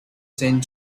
saint